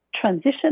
transition